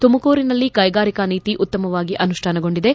ತುಮಕೂರಿನಲ್ಲಿ ಕೈಗಾರಿಕಾ ನೀತಿ ಉತ್ತಮವಾಗಿ ಅನುಷ್ಠಾನಗೊಂಡಿದೆ